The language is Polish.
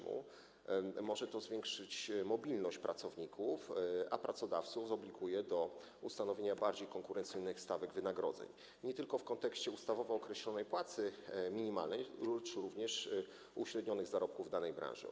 Może to zwiększyć mobilność pracowników, a pracodawców zobliguje do ustanowienia bardziej konkurencyjnych stawek wynagrodzeń nie tylko w kontekście ustawowo określonej płacy minimalnej, ale i uśrednionych zarobków w danej branży.